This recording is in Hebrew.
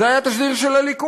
זה היה תשדיר של הליכוד.